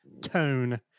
tone